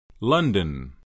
London